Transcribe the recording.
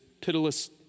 pitiless